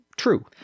True